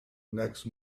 next